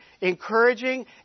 encouraging